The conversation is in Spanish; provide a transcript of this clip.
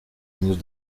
años